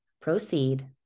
proceed